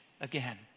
again